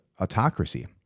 autocracy